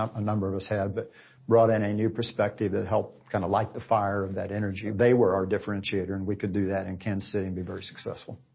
um a number of us had, but brought in a new perspective that helped kind of light the fire of that energy. they were our differentiator and we could do that in kansas city and be very successful.